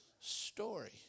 story